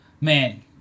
man